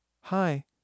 Hi